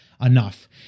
enough